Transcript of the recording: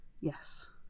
Yes